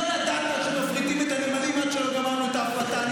לא ידעת שמפריטים את הנמלים עד שלא גמרנו את ההפרטה.